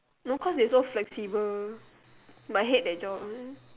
no cause is so flexible but I hate that job